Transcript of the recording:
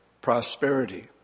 prosperity